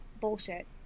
bullshit